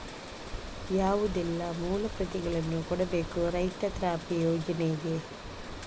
ಯಾವುದೆಲ್ಲ ಮೂಲ ಪ್ರತಿಗಳನ್ನು ಕೊಡಬೇಕು ರೈತಾಪಿ ಯೋಜನೆಗೆ?